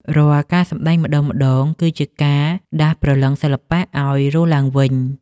រាល់ការសម្ដែងម្ដងៗ គឺជាការដាស់ព្រលឹងសិល្បៈឱ្យរស់ឡើងវិញ។